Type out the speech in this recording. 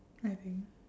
I think